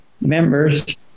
members